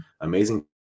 amazing